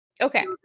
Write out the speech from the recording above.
okay